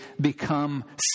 become